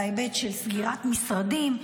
בהיבט של סגירת משרדים.